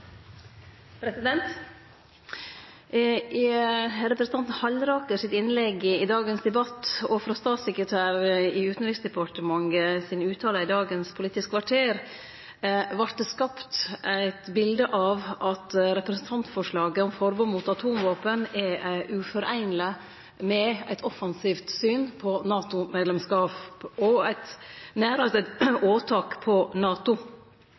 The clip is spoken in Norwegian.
i dagens debatt, og frå statssekretær i Utanriksdepartementet sine uttalar i dagens Politisk kvarter, vart det skapt eit bilde av at representantforslaget om forbod mot atomvåpen ikkje kan la seg foreine med eit offensivt syn på NATO-medlemskap, og nærast er eit åtak på NATO.